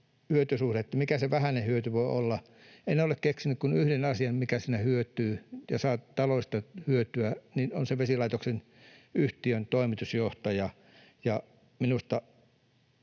hyötysuhde, mikä se vähäinen hyöty voi olla. En ole keksinyt kuin yhden asian, mikä siinä hyötyy ja saa taloudellista hyötyä, ja se on se vesilaitoksen yhtiön toimitusjohtaja. Minusta